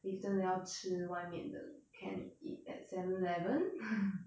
if 真的要吃外面的 can eat at seven eleven